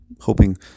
hoping